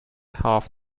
half